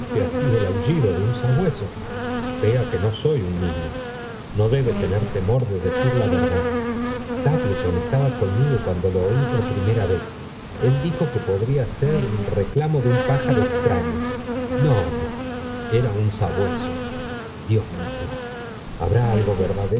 ha sido el aullido de un sabueso vea que no soy un niño no debe tener temor de decir la verdad stapleton estaba conmigo cuando lo oí por primera vez el me dijo que podría ser el reclamo de un pájaro extraño no no era un sabueso j dios mío i habrá algo